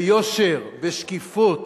ביושר, בשקיפות.